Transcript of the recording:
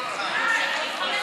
לענות.